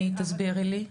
תסבירי לי.